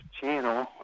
channel